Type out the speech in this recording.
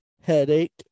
headache